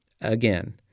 Again